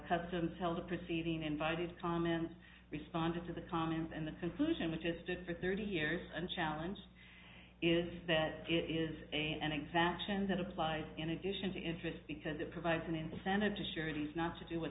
customs held a proceeding invitees comments responded to the comment and the conclusion that it stood for thirty years and challenge is that it is a an exemption that applies in addition to interest because it provides an incentive to surety not to do w